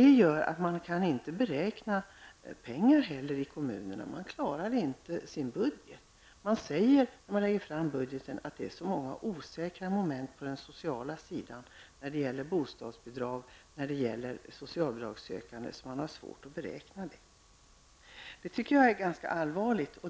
gör att man i kommunerna inte kan beräkna de pengar som går åt, och man klarar inte att hålla sin budget. När budgeten läggs fram finns det så många osäkra moment på den sociala sidan när det gäller bostadsbidrag och socialbidragssökande att man har svårt att beräkna anslaget. Detta tycker jag är ganska allvarligt.